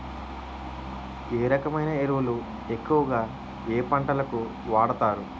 ఏ రకమైన ఎరువులు ఎక్కువుగా ఏ పంటలకు వాడతారు?